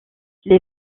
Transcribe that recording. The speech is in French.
les